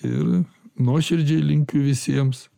ir nuoširdžiai linkiu visiems